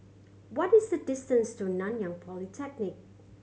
what is the distance to Nanyang Polytechnic